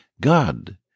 God